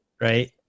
Right